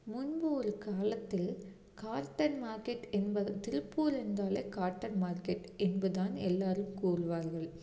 முன்பு ஒரு காலத்தில் காட்டன் மார்க்கெட் என்பது திருப்பூர் என்றாலே காட்டன் மார்க்கெட் என்று தான் எல்லோரும் கூறுவார்கள்